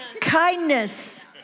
Kindness